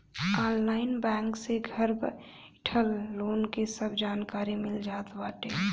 online banking से घर बइठल लोन के सब जानकारी मिल जात बाटे